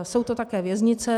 Jsou to také věznice.